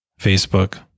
Facebook